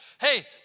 Hey